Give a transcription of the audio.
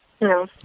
No